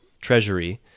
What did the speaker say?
treasury